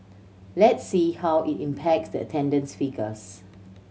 let's see how it impacts the attendance figures